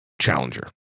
challenger